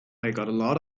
lot